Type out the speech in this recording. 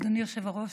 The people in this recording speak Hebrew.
אדוני היושב-ראש,